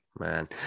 man